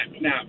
Now